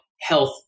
health